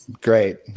Great